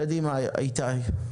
קדימה, איתי.